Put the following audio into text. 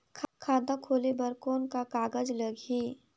खाता खोले बर कौन का कागज लगही?